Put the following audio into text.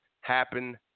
happen